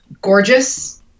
gorgeous